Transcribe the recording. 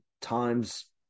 times